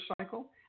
cycle